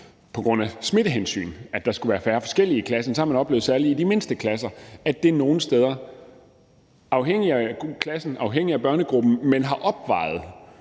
på grund af smittehensyn, og hvor der skulle være færre forskellige personer i klassen, nogle steder også oplevet, særlig i de mindste klasser, afhængigt af klassen, afhængigt af børnegruppen, at det har opvejet